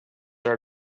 our